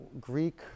Greek